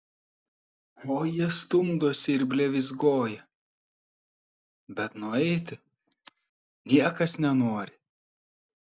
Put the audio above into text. ko jie stumdosi ir blevyzgoja bet nueiti niekas nenori